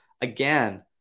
again